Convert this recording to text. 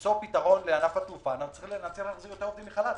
למצוא פתרון לענף התעסוקה צריך להחזיר את העובדים מחל"ת.